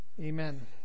amen